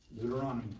Deuteronomy